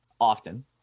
often